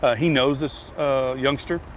ah he knows this youngster.